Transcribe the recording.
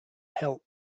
help